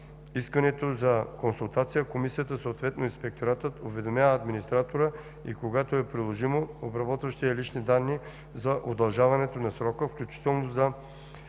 искането за консултация комисията, съответно инспекторатът уведомява администратора и когато е приложимо – обработващия лични данни, за удължаването на срока, включително за